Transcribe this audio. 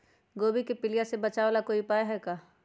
गोभी के पीलिया से बचाव ला कोई उपाय है का?